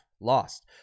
Lost